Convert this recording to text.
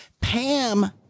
Pam